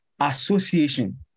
association